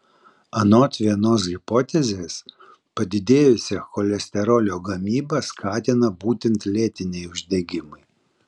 anot vienos hipotezės padidėjusią cholesterolio gamybą skatina būtent lėtiniai uždegimai